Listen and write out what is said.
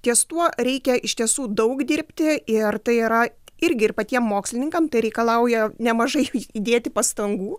ties tuo reikia iš tiesų daug dirbti ir tai yra irgi ir patiem mokslininkam tai reikalauja nemažai įdėti pastangų